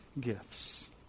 gifts